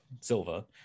Silva